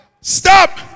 Stop